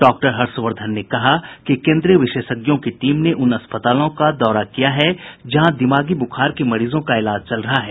doctor Harshvardhan ने कहा कि केन्द्रीय विशेषज्ञों की टीम ने उन अस्पतालों का दौरा किया है जहां दिमागी बुखार के मरीजों का इलाज चल रहा है